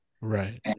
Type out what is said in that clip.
Right